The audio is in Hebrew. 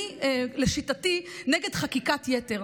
אני, לשיטתי, נגד חקיקת יתר.